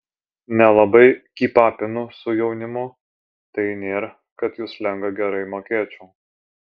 nelabai kypapinu su jaunimu tai nėr kad jų slengą gerai mokėčiau